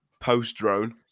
post-drone